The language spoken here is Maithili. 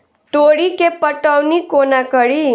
तोरी केँ पटौनी कोना कड़ी?